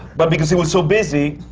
but because it was so busy,